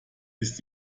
ist